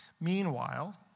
Meanwhile